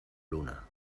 luna